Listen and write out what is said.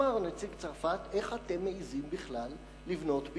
אמר נציג צרפת: איך אתם מעזים בכלל לבנות בירושלים?